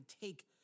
take